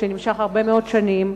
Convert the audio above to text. נמשך הרבה מאוד שנים,